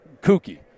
kooky